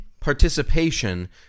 participation